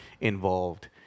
involved